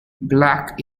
black